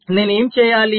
నేను ఏమి చెయ్యాలి